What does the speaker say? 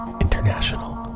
international